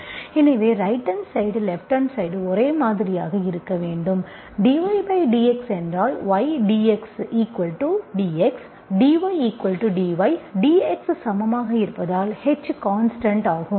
எனவே right hand side left hand side ஒரே மாதிரியாக இருக்க வேண்டும் dYdX என்றால் Y dxdXdydY dx சமமாக இருப்பதால் h கான்ஸ்டன்ட் ஆகும்